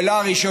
זו שאלה ראשונה.